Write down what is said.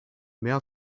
mehr